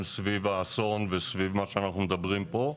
סביב האסון וסביב מה שאנחנו מדברים פה,